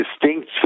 distinct